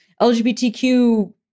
lgbtq